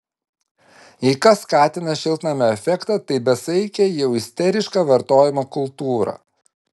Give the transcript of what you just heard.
jei kas skatina šiltnamio efektą tai besaikė jau isteriška vartojimo kultūra